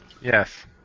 Yes